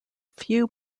few